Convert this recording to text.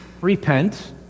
Repent